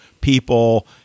people